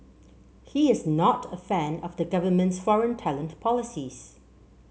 he is not a fan of the government's foreign talent policies